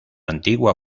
antigua